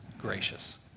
gracious